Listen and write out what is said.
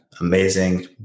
amazing